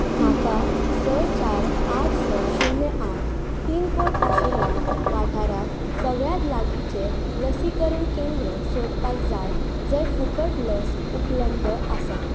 म्हाका स चार आठ स शुन्य आठ पिनकोड आशिल्ल्या वाठारांत सगळ्यांत लागींचें लसीकरण केंद्र सोदपाक जाय जंय फुकट लस उपलब्ध आसा